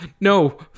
no